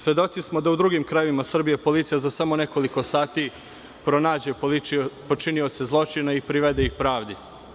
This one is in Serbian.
Svedoci smo da u drugim krajevima Srbije policija za samo nekoliko sati pronađe počinioce zločina i privede ih pravdi.